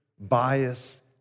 bias